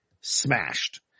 smashed